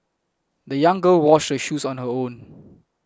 the young girl washed her shoes on her own